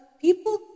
people